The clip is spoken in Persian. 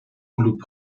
کلوپ